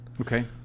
Okay